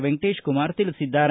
ವೆಂಕಟೀಶ್ ಕುಮಾರ್ ತಿಳಿಸಿದ್ದಾರೆ